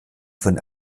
von